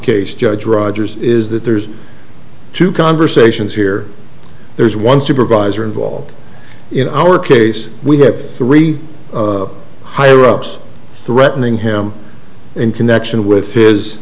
case judge rogers is that there's two conversations here there's one supervisor involved in our case we have three higher ups threatening him in connection with his